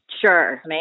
Sure